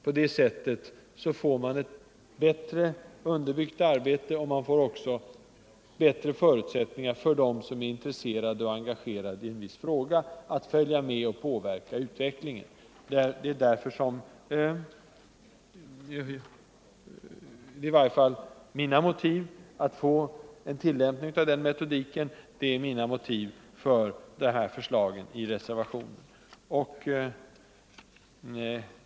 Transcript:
På det sättet får man ett bättre underbyggt arbete och de som är intresserade av och engagerade i en viss fråga får bättre förutsättningar att följa med och påverka utvecklingen. I varje fall mitt motiv för förslaget i reservationen är att få en tillämpning av denna metodik.